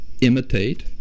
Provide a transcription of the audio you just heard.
imitate